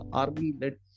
army-led